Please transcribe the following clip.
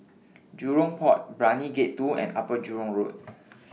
Jurong Port Brani Gate two and Upper Jurong Road